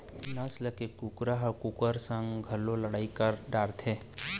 एसील नसल के कुकरा ह कुकुर संग घलोक लड़ई कर डारथे